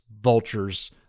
vultures